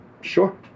Sure